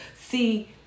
see